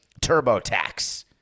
TurboTax